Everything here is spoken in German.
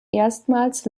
erstmals